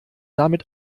damit